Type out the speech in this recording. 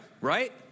Right